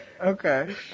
Okay